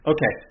Okay